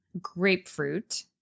grapefruit